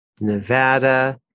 Nevada